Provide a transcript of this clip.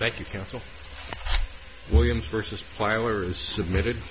thank you counsel williams versus flyovers submitted